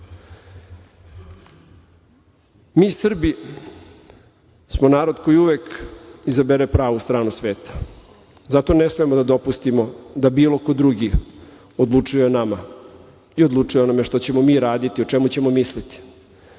Srbi smo narod koji uvek izabere pravu stranu sveta, zato ne smemo da dopustimo da bilo ko drugi odlučuje o nama i odlučuje o onome što ćemo mi raditi, o čemu ćemo misliti,